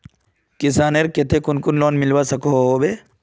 किसानेर केते कुन कुन लोन मिलवा सकोहो होबे?